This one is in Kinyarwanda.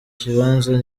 kibanza